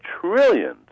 trillions